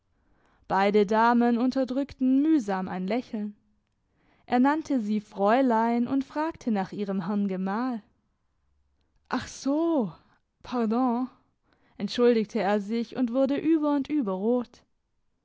beide damen unterdrückten mühsam ein lächeln er nannte sie fräulein und fragte nach ihrem herrn gemahl ach so pardon entschuldigte er sich und wurde über und über rot